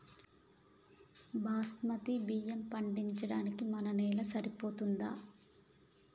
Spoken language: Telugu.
బాస్మతి బియ్యం పండించడానికి మన నేల సరిపోతదా?